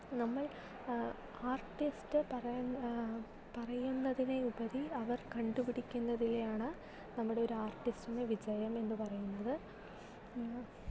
നമ്മൾ ആർട്ടിസ്റ്റ് പറയുന്ന പറയുന്നതിനെ ഉപരി അവർ കണ്ട് പിടിക്കുന്നതിലെ ആണ് നമ്മുടെ ഒരു ആർട്ടിസ്റ്റിൻ്റെ വിജയം എന്ന് പറയുന്നത്